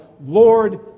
Lord